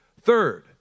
Third